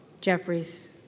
Jeffries